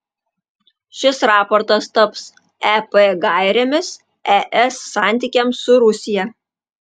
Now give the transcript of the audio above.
šis raportas taps ep gairėmis es santykiams su rusija